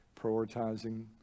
prioritizing